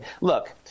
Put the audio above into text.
look